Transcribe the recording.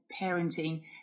parenting